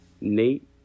Nate